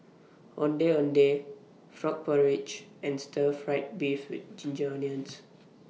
Ondeh Ondeh Frog Porridge and Stir Fried Beef with Ginger Onions